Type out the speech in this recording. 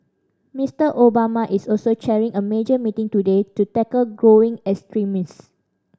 Mister Obama is also chairing a major meeting today to tackle growing extremism